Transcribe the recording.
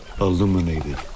Illuminated